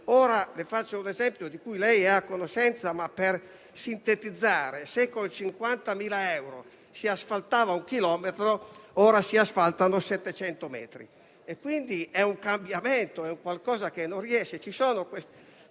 Le faccio un esempio di cui lei è a conoscenza, per sintetizzare: se con 50.000 euro si asfaltava un chilometro, ora si asfaltano 700 metri. È un cambiamento, è un qualcosa che non riesce.